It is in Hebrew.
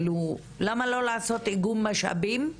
למה לא לעשות איגום משאבים?